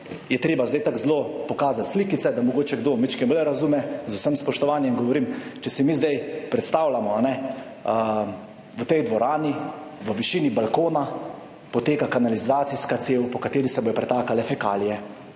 Je treba zdaj tako zelo pokazati slikice, da mogoče kdo majčkeno bolj razume, z vsem spoštovanjem govorim. Če si mi zdaj predstavljamo, v tej dvorani v višini balkona poteka kanalizacijska cev, po kateri se bodo pretakale fekalije.